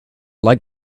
like